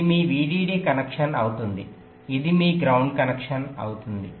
ఇది మీ VDD connection అవుతుంది ఇది మీ గ్రౌండ్ కనెక్షన్ అవుతుంది